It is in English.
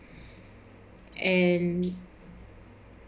and